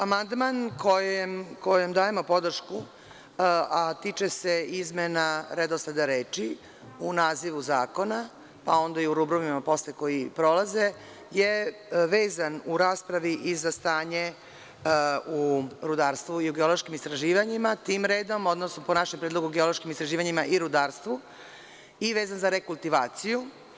Amandman kojem dajemo podršku, a tiče se izmena redosleda reči u nazivu zakona pa onda i u rubrumima posle koji prolaze, vezan je u raspravi i za stanje u rudarstvu i u geološkim istraživanjima, tim redom, odnosno, po našem predlogu – geološkim istraživanjima i rudarstvu i vezan za rekultivaciju.